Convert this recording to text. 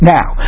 Now